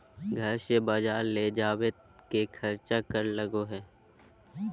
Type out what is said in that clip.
घर से बजार ले जावे के खर्चा कर लगो है?